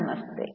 നമസ്തേ